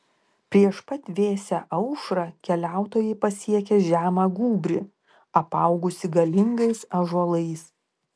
prieš pat vėsią aušrą keliautojai pasiekė žemą gūbrį apaugusį galingais ąžuolais